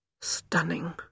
Stunning